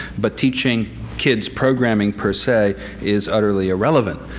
but teaching kids programming per se is utterly irrelevant.